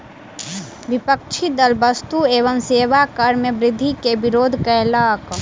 विपक्षी दल वस्तु एवं सेवा कर मे वृद्धि के विरोध कयलक